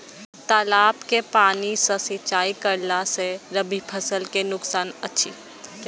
तालाब के पानी सँ सिंचाई करला स रबि फसल के नुकसान अछि?